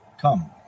Come